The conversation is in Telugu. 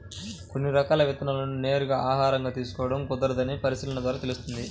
కొన్ని రకాల విత్తనాలను నేరుగా ఆహారంగా తీసుకోడం కుదరదని పరిశీలన ద్వారా తెలుస్తుంది